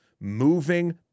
moving